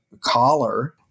collar